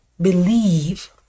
believe